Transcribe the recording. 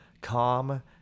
calm